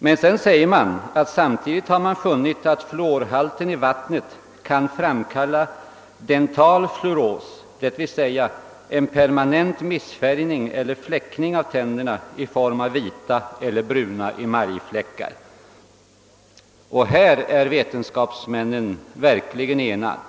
Sedan skriver utskottet: »Samtidigt har man funnit att fluorhalten i vattnet kan framkalla dental fluoros, dvs. en permanent missfärgning eller fläckning av tänderna i form av vita eller bruna emaljfläckar.» Och här är vetenskapsmännen verkligen eniga.